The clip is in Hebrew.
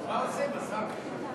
אז מה עושים, השר?